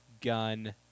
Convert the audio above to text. Gun